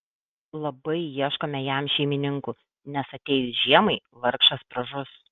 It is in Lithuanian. labai ieškome jam šeimininkų nes atėjus žiemai vargšas pražus